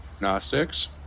Gnostics